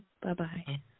Bye-bye